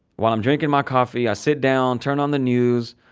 while i'm drinking my coffee, i sit down, turn on the news.